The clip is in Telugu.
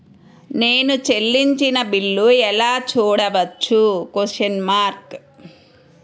నేను చెల్లించిన బిల్లు ఎలా చూడవచ్చు?